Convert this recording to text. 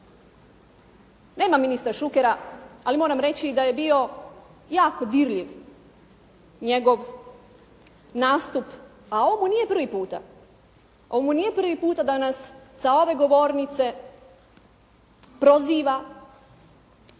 Nema ministra Šukera, ali moram reći da je bio dirljiv njegov nastup, a ovo mu nije prvi puta. Ovo mu nije prvi puta da nas sa ove govornice proziva